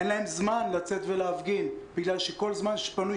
אין להם זמן לצאת ולהפגין בגלל שבכל זמן פנוי